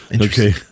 Okay